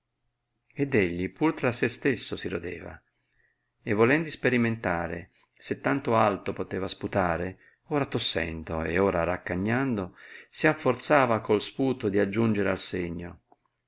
ed egli pur tra se stesso si rodeva e volendo isperimentare se tanto alto poteva sputare ora tossendo ed ora raccagnando si afforzava col sputo di aggiungere al segno